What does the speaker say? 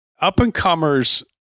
Up-and-comers